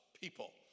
people